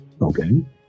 okay